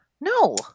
No